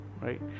Right